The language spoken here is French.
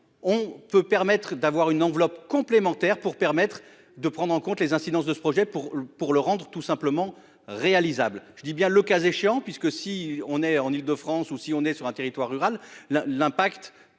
on peut permettre d'avoir une enveloppe complémentaire pour permettre de prendre en compte les incidences de ce projet pour, pour le rendre tout simplement réalisable, je dis bien le cas échéant puisque si on est en Île-de-France ou si on est sur un territoire rural la l'impact.